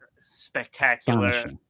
spectacular